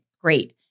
Great